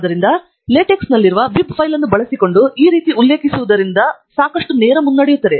ಆದ್ದರಿಂದ ಲಾಟ್ಸೆಕ್ಸ್ನಲ್ಲಿರುವ bib file ಅನ್ನು ಬಳಸಿಕೊಂಡು ಈ ರೀತಿ ಉಲ್ಲೇಖಿಸುವುದರಿಂದ ಸಾಕಷ್ಟು ನೇರ ಮುನ್ನಡೆಯುತ್ತದೆ